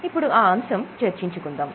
ఇప్పుడు ఆ అంశం చర్చించుకుందాం